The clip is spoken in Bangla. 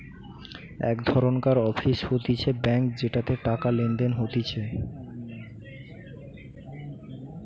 এক ধরণকার অফিস হতিছে ব্যাঙ্ক যেটাতে টাকা লেনদেন হতিছে